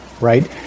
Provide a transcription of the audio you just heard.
right